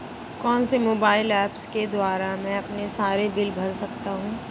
कौनसे mobile apps के द्वारा मैं अपने सारे बिल भर सकता हूं?